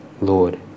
Lord